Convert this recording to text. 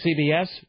CBS